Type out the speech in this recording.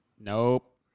nope